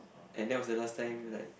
and that was the last time like